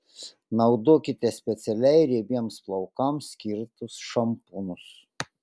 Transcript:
naudokite specialiai riebiems plaukams skirtus šampūnus